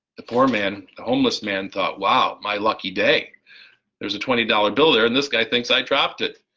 the poor man, the homeless man thought wow my lucky day there was a twenty dollars bill there and this guy thinks i dropped it.